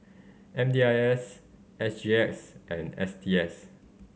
M D I S S G X and S T S